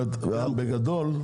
בגדול,